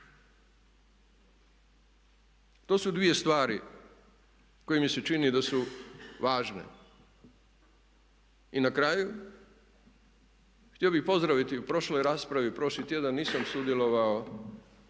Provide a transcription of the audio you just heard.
To su dvije stvari koje mi se čine da su važne. I na kraju, htio bih pozdraviti u prošloj raspravi, prošli tjedan nisam sudjelovao